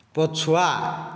ପଛୁଆ